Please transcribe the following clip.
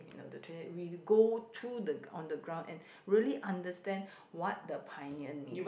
we go to the on the ground and really understand what the pioneer needs